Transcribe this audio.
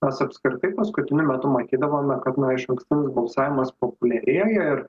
nes apskritai paskutiniu metu matydavome kad na išankstinis balsavimas populiarėja ir